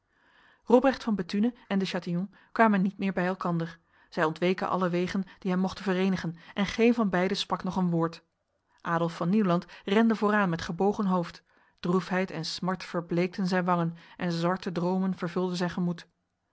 robrecht van bethune en de chatillon kwamen niet meer bij elkander zij ontweken alle wegen die hen mochten verenigen en geen van beiden sprak nog een woord adolf van nieuwland rende vooraan met gebogen hoofd droefheid en smart verbleekten zijn wangen en zwarte dromen vervulden zijn gemoed